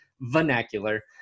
vernacular